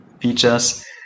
features